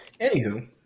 Anywho